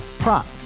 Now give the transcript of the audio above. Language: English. Prop